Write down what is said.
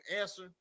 answer